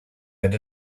but